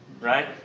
Right